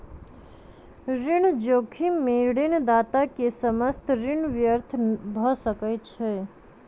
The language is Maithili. ऋण जोखिम में ऋणदाता के समस्त ऋण व्यर्थ भ सकै छै